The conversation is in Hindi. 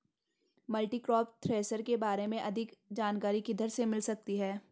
मल्टीक्रॉप थ्रेशर के बारे में अधिक जानकारी किधर से मिल सकती है?